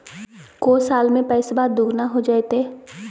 को साल में पैसबा दुगना हो जयते?